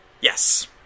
Yes